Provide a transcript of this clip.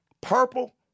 Purple